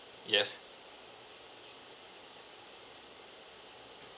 yes